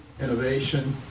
innovation